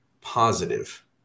positive